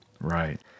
Right